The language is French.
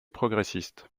progressistes